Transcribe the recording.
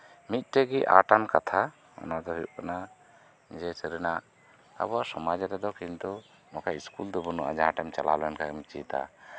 ᱢᱤᱫᱴᱮᱱ ᱜᱮ ᱟᱸᱴ ᱟᱱ ᱠᱟᱛᱷᱟ ᱚᱱᱟ ᱫᱚ ᱦᱩᱭᱩᱜ ᱠᱟᱱᱟ ᱡᱮ ᱥᱟᱹᱨᱤᱱᱟᱜ ᱟᱵᱚᱱᱟᱜ ᱥᱚᱢᱟᱡ ᱨᱮᱫᱚ ᱠᱤᱱᱛᱩ ᱱᱚᱝᱠᱟ ᱤᱥᱠᱩᱞ ᱫᱚ ᱵᱟᱹᱱᱩᱜᱼᱟ ᱡᱟᱦᱟᱸ ᱴᱷᱮᱱ ᱮᱢ ᱪᱟᱞᱟᱣ ᱞᱮᱱ ᱠᱷᱟᱱ ᱮᱢ ᱪᱮᱫᱟ